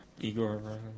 Igor